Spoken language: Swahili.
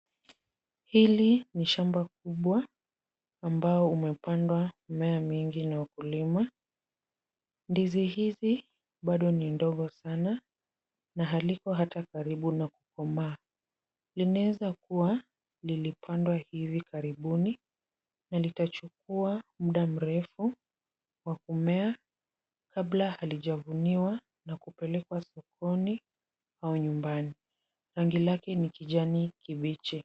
Hili ni shamba kubwa ambao umepandwa mimea mingi na wakulima. Ndizi hizi bado ni ndogo sana na haliko hata karibu na kukomaa. Linaeza kuwa lilipandwa hivi karibuni na litachukua mda mrefu wa kumea kabla halijavuniwa na kupelekwa sokoni au nyumbani. Rangi lake ni kijani kibichi.